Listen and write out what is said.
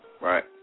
right